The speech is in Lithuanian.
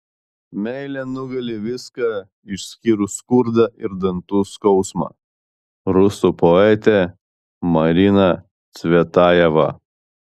meilė nugali viską išskyrus skurdą ir dantų skausmą rusų poetė marina cvetajeva